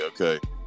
okay